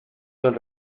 del